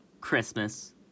Christmas